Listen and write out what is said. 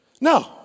No